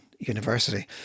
University